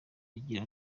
agira